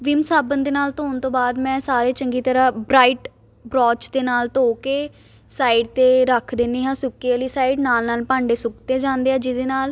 Vim ਸਾਬਣ ਦੇ ਨਾਲ ਧੋਣ ਤੋਂ ਬਾਅਦ ਮੈਂ ਸਾਰੇ ਚੰਗੀ ਤਰ੍ਹਾਂ ਬਰਾਈਟ ਬਰੋਜ ਦੇ ਨਾਲ ਧੋ ਕੇ ਸਾਈਡ 'ਤੇ ਰੱਖ ਦਿੰਦੀ ਹਾਂ ਸੁੱਕੇ ਵਾਲੀ ਸਾਈਡ ਨਾਲ ਨਾਲ ਭਾਂਡੇ ਸੁੱਕਦੇ ਜਾਂਦੇ ਆ ਜਿਹਦੇ ਨਾਲ